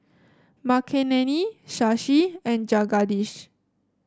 Makineni Shashi and Jagadish